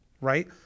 right